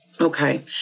Okay